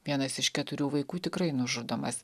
vienas iš keturių vaikų tikrai nužudomas